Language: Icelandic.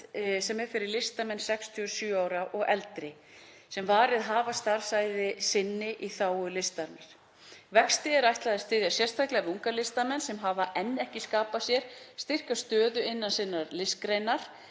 sem er fyrir listamenn 67 ára og eldri sem varið hafa starfsævi sinni í þágu listarinnar. Vexti er ætlað að styðja sérstaklega við unga listamenn sem ekki hafa enn skapað sér styrkja stöðu innan sinnar listgreinar.